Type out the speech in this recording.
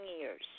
years